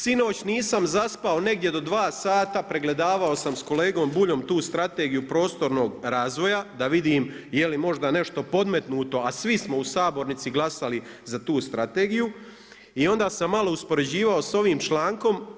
Sinoć nisam zaspao negdje do 2h, pregledavao sam sa Kolegom Buljom tu Strategiju prostornog razvoja, da vidim je li možda nešto podmetnuto a svi smo u sabornici glasali za tu strategiju i onda sam malo uspoređivao sa ovim člankom.